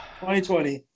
2020